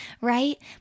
right